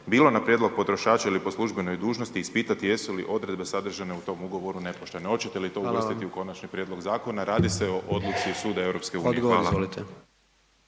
bilo na prijedlog potrošača ili po službenoj dužnosti ispitati jesu li odredbe sadržane u tom ugovoru nepoštene. Hoćete li to uvrstiti u konačni prijedlog …/Upadica: Hvala vam./… zakona, radi se o odluci suda EU? Hvala.